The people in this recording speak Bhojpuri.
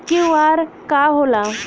क्यू.आर का होला?